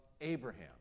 Abraham